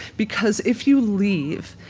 because if you leave,